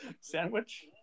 sandwich